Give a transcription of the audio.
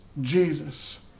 Jesus